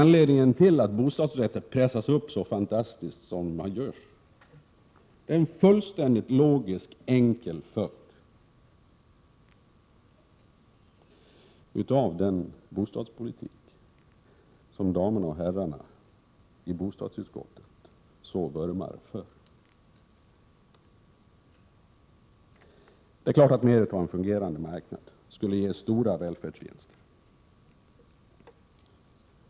Anledningen till att priserna på bostadsrätter pressas upp så fantastiskt som sker är en fullständigt logisk enkel följd av den bostadspolitik som herrarna och damerna i bostadsutskottet så vurmar för. Det är klart att mer av en fungerande marknad skulle ge stora välfärdsvinster.